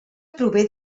prové